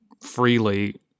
freely